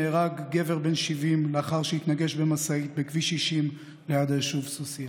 נהרג גבר בן 70 לאחר שהתנגש במשאית בכביש 60 ליד היישוב סוסיא.